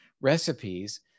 recipes